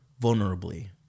vulnerably